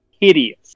hideous